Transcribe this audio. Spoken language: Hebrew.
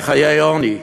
חיים חיי עוני.